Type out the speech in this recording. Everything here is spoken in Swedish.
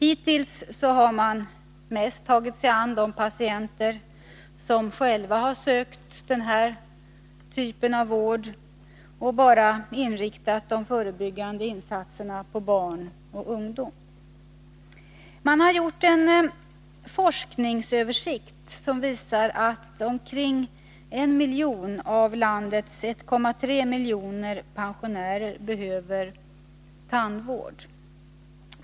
Hittills har dessa mest tagit sig an de patienter som själva sökt den här typen av vård och bara inriktat de förebyggande insatserna på barn och ungdom. Det har gjorts en forskningsöversikt, som visar att omkring 1 miljon av landets 1,3 miljoner pensionärer behöver tandvård.